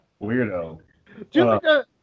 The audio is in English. Weirdo